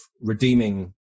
redeeming